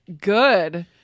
good